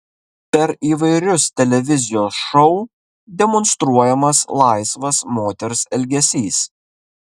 per įvairius televizijos šou demonstruojamas laisvas moters elgesys